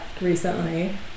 recently